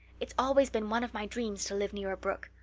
it's always been one of my dreams to live near a brook.